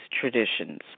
traditions